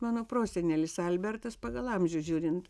mano prosenelis albertas pagal amžių žiūrint